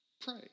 Pray